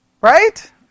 Right